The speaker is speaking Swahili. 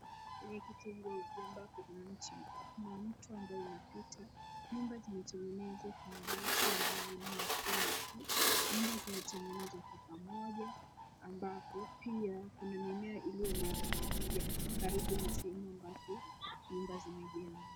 Kwenye kitengo ambapo kuna mti na mto ambao unapita. Nyumba zimetengenezwa kwa mabati ambayo ni makaa makuu. Nyumba zimetengenezwa kwa pamoja ambapo pia kuna mimea iliyomea kwa pamoja karibu na sehemu ambapo nyumba zimejengwa.